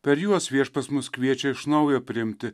per juos viešpats mus kviečia iš naujo priimti